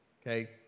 Okay